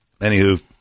Anywho